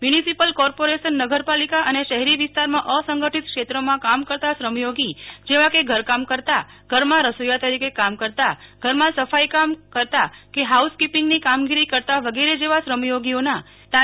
municipal corporation નગરપાલિકા અને શહેરી વિસ્તારમાં અસંગઠિત ક્ષેત્રમાં કામ કરતા શ્રમયોગી જેવા કે ઘરકામ કરતા ઘરમાં રસોઈયા તરીકે કામ કરતા ઘરમાં સફાઈ કામ કરતા કે હાઉસકીપીંગની કામગીરી કરતા વગેરે જેવા શ્રમયોગીઓને તા